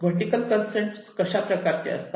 vertical constrain अशा प्रकारचे असतात